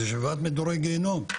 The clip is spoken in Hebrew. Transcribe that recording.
זה שבעת מדורי גיהינום,